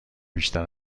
بیشتر